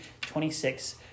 26